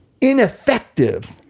ineffective